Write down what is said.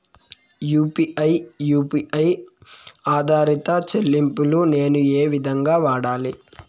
UPI U P I ఆధారిత చెల్లింపులు నేను ఏ విధంగా వాడాలి?